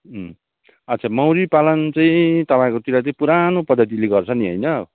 अँ अच्छा मौरी पालन चाहिँ तपाईँहरूकोतिर चाहिँ पुरानो पद्धतिले गर्छ नि होइन